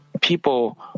People